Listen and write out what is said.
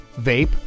vape